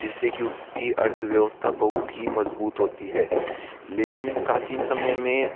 जिससे कि उसकी अर्थव्यवस्था बहुत ही मजबूत होती है लेकिन प्राचीन समय में